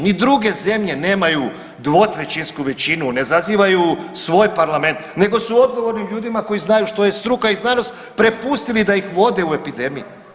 Ni druge zemlje nemaju dvotrećinsku većinu, ne zazivaju svoj parlament nego su odgovornim ljudima koji znaju što je struka i znanost prepustili da ih vode u epidemiji.